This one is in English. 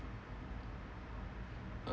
uh